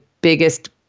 biggest